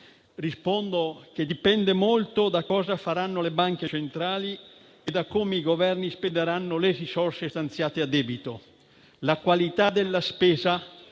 rispondo che dipende molto da cosa faranno le banche centrali e da come i Governi spenderanno le risorse stanziate a debito. La qualità della spesa,